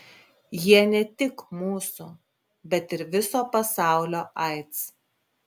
jie ne tik mūsų bet ir viso pasaulio aids